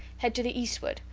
head to the eastward.